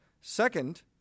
Second